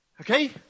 Okay